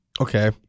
Okay